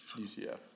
UCF